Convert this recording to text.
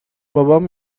بابام